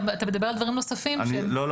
אתה מדבר על דברים נוספים שהם -- לא,